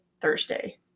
Thursday